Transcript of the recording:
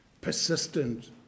Persistent